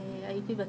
הייתי נאלמת